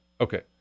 Okay